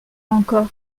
encore